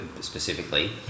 specifically